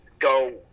go